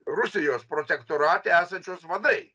rusijos protektorate esančios vadai